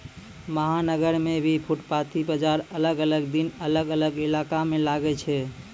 महानगर मॅ भी फुटपाती बाजार अलग अलग दिन अलग अलग इलाका मॅ लागै छै